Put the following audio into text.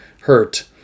hurt